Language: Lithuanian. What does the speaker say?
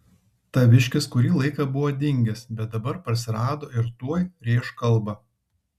taviškis kurį laiką buvo dingęs bet dabar parsirado ir tuoj rėš kalbą